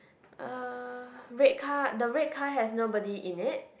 uh red car the red car has nobody in it